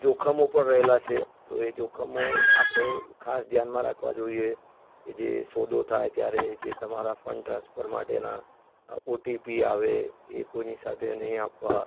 જોખમો પણ રહેલાં છે તો એ જોખમો આપણે ખાસ ધ્યાનમાં રાખવા જોઈએ કે જે સોદો થાય ત્યારે જે તમારાં ફંડ ટ્રાન્સફર માટેના ઓટીપી આવે એ કોઈની સાથે નહીં આપવા